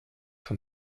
von